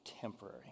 temporary